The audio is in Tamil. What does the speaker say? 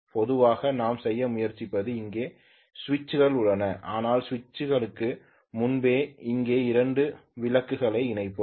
பொதுவாக நாம் செய்ய முயற்சிப்பது இங்கே சுவிட்சுகள் உள்ளன ஆனால் சுவிட்சுகளுக்கு முன்பே இங்கே 2 விளக்குகளை இணைப்போம்